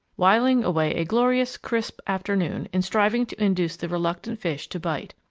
whiling away a glorious, crisp afternoon in striving to induce the reluctant fish to bite.